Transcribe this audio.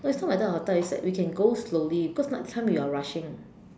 no it's not whether hotel is that we can go slowly cause last time we are rushing